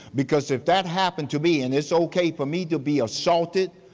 because if that happened to me and it's okay for me to be assaulted,